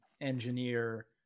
engineer